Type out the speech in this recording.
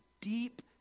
deep